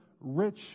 rich